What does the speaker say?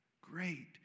great